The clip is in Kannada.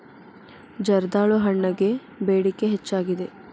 ಜರ್ದಾಳು ಹಣ್ಣಗೆ ಬೇಡಿಕೆ ಹೆಚ್ಚಾಗಿದೆ